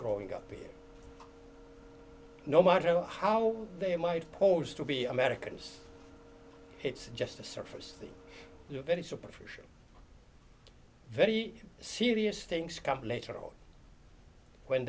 growing up here no matter how they might pause to be americans it's just the surface the very superficial very serious thing